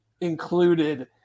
included